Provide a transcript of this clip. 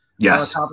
Yes